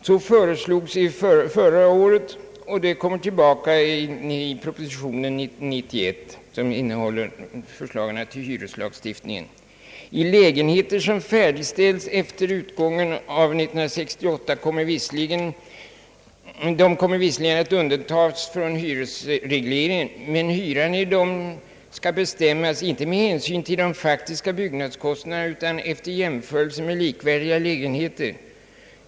Detta föreslogs förra året och det kommer tillbaka i propositionen 91 som innehåller förslagen till hyreslagstiftningen. Lägenheter som färdigställts efter utgången av 1968 kommer visserligen att undantas från hyresregleringen, men hyran skall bestämmas inte med hänsyn till de faktiska byggnadskostnaderna, utan efter jämförelse med likvärdiga lägenheter.